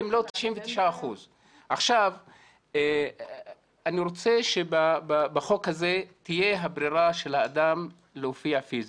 אם לא 99%. אני רוצה שבחוק הזה תהיה הברירה של האדם להופיע פיסית.